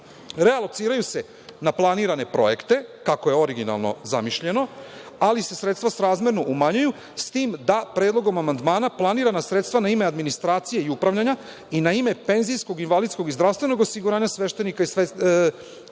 realociraju se na planirane projekte, kako je originalno zamišljeno, ali se sredstva srazmerno umanjuju, s tim da predlogom amandmana planirana sredstva na ime administracije i upravljanja i na ime penzijskog, invalidskog i zdravstvenog osiguranja sveštenika i verskih